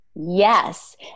Yes